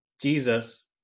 jesus